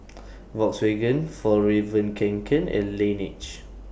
Volkswagen Fjallraven Kanken and Laneige